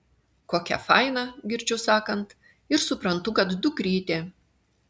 kokia faina girdžiu sakant ir suprantu kad dukrytė